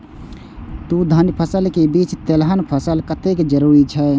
दू धान्य फसल के बीच तेलहन फसल कतेक जरूरी छे?